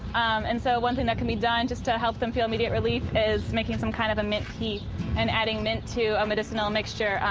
um and so, one thing that can be done just to help them feel immediate relief is making some kind of a mint tea and adding mint to a medicinal mixture,